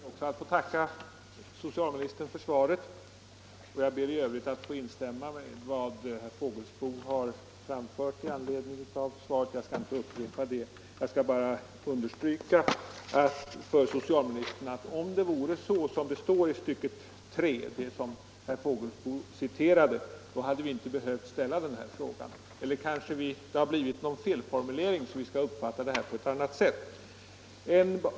Herr talman! Jag ber också att få tacka socialministern för svaret, och jag vill i övrigt instämma i vad herr Fågelsbo har anfört med anledning av svaret; jag skall inte upprepa det. För socialministern skall jag emellertid understryka att om det vore så som det står i det tredje stycket, som herr Fågelsbo citerade, så hade vi inte behövt ställa den här frågan. Eller har det kanske blivit en felformulering, så att vi skall uppfatta detta på ett annat sätt?